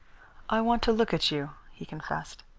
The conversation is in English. i want to look at you, he confessed.